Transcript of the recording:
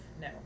No